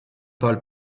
pâles